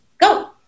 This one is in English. go